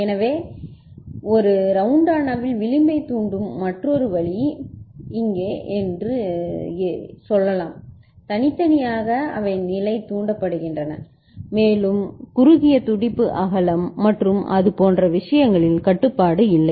எனவே இது ஒரு ரவுண்டானாவில் விளிம்பைத் தூண்டும் மற்றொரு வழி எங்கே என்று சொல்லலாம் தனித்தனியாக அவை நிலை தூண்டப்படுகின்றன மேலும் குறுகிய துடிப்பு அகலம் மற்றும் அது போன்ற விஷயங்களில் கட்டுப்பாடு இல்லை